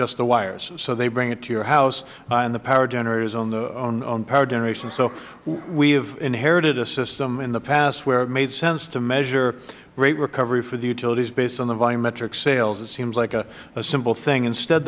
just the wires so they bring it to your house and the power generators own power generation so we have inherited a system in the past where it made sense to measure rate recovery for the utilities based on the volumetric sales it seems like a simple thing instead